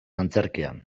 antzerkian